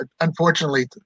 unfortunately